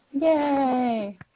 Yay